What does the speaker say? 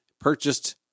purchased